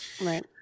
Right